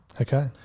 Okay